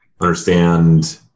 understand